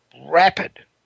rapid